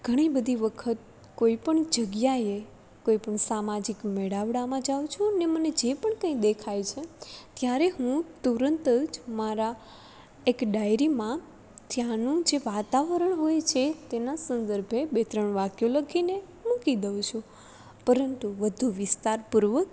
ઘણી બધી વખત કોઈપણ જગ્યાએ કોઈપણ સામાજીક મેળાવડામાં જાઉં છું ને મને જે પણ કંઈ દેખાય છે ત્યારે હું તુરંત જ મારા એક ડાયરીમાં ત્યાંનું જે વાતાવરણ હોય છે તેના સંદર્ભે બે ત્રણ વાક્યો લખીને મૂકી દઉં છું પરંતુ વધુ વિસ્તાર પૂર્વક